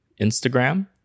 instagram